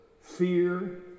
fear